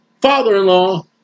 father-in-law